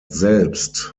selbst